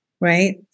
right